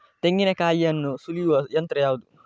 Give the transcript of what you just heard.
ತೆಂಗಿನಕಾಯಿಯನ್ನು ಸುಲಿಯುವ ಯಂತ್ರ ಯಾವುದು?